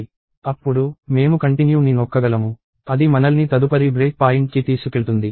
అప్పుడు మేము కంటిన్యూ ని నొక్కగలము అది మనల్ని తదుపరి బ్రేక్ పాయింట్కి తీసుకెళ్తుంది